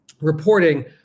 reporting